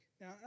Now